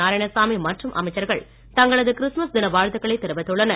நாராயணசாமி மற்றும் அமைச்சர்கள் தங்களது கிறிஸ்துதமஸ் தின வாழ்த்துக்களை தெரிவித்துள்ளனர்